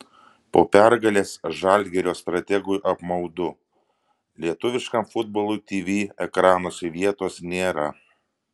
po pergalės žalgirio strategui apmaudu lietuviškam futbolui tv ekranuose vietos nėra